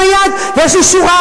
הרוצח השפל,